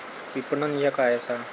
विपणन ह्या काय असा?